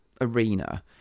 arena